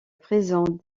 présente